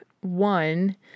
one